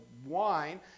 Wine